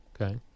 Okay